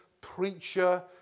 preacher